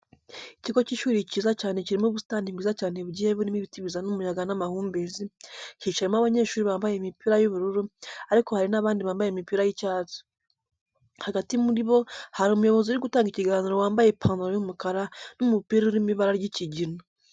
Ikigo cy'ishuri cyiza cyane kirimo ubusitani bwiza cyane bugiye burimo ibiti bizana umuyaga n'amahumbezi, hicayemo abanyeshuri bambaye imipira y'ubururu ariko hari n'abandi bambaye imipira y'icyatsi. Hagati muri bo hari umuyobozi uri gutanga ikiganiro wambaye ipantaro y'umukara n'umupira urimo ibara ry'ikigina.